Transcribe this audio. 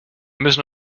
müssen